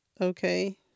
Okay